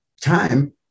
time